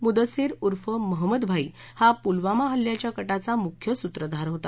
मदस्सिर उर्फ महंमद भाई हा पुलवामा हल्ल्याच्या कटाचा मुख्य सूत्रधार होता